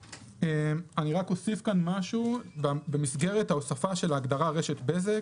רק אוסיף כאן משהו: במסגרת ההוספה של ההגדרה רשת בזק,